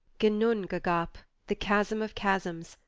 ginnungagap, the chasm of chasms,